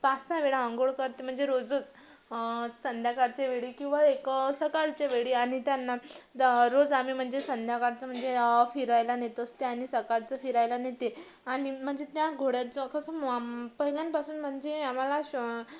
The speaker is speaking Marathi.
पाच सहा वेळा आंघोळ करते म्हणजे रोजच संध्याकाळचे वेळी किंवा एक सकाळचे वेळी आणि त्यांना दररोज आम्ही म्हणजे संध्याकाळचं म्हणजे फिरायला नेत असते आणि सकाळचं फिरायला नेते आणि म्हणजे त्या घोड्याचं कसं पहिल्यानपासून म्हणजे आम्हाला शं